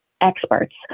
experts